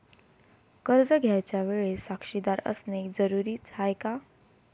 कर्ज घ्यायच्या वेळेले साक्षीदार असनं जरुरीच हाय का?